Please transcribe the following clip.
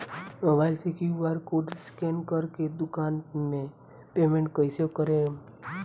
Mobile से QR code scan कर के दुकान मे पेमेंट कईसे करेम?